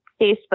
Facebook